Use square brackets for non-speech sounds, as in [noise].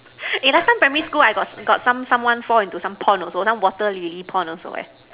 [laughs] eh last time primary school I got got some someone fall into some pond also some water Lily pond also eh